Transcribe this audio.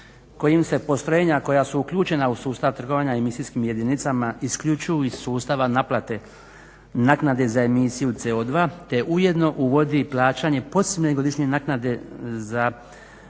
kojim se postrojenja koja su uključena u sustav trgovanja emisijskim jedinicama isključuju iz sustava naplate naknade za emisiju CO2, te ujedno uvodi i plaćanje posebne godišnje naknade za tzv.